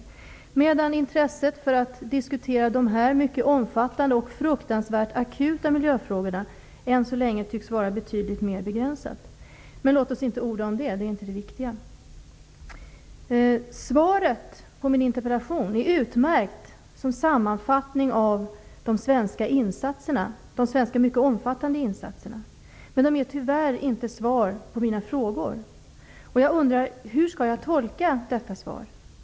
Däremot tycks intresset för att diskutera dessa mycket omfattande och fruktansvärt akuta miljöfrågor än så länge vara betydligt mer begränsat. Men låt oss inte orda om det. Det är inte det viktiga. Svaret på min interpellation är utmärkt som sammanfattning av de svenska, mycket omfattande insatserna, men det är tyvärr inte svar på mina frågor. Jag undrar: Hur skall jag tolka detta svar?